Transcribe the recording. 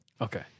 Okay